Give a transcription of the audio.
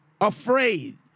afraid